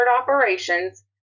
operations